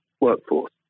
workforce